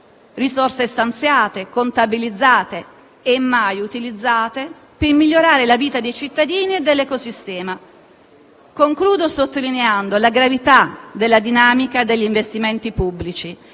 risorse stanziate, contabilizzate e mai utilizzate, per migliorare la vita dei cittadini e dell'ecosistema. Concludo sottolineando la gravità della dinamica degli investimenti pubblici.